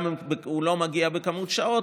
גם אם הוא לא מגיע למספר השעות.